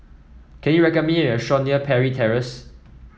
can you recommend me a restaurant near Parry Terrace